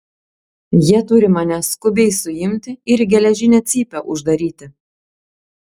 jie turi mane skubiai suimti ir į geležinę cypę uždaryti